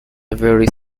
very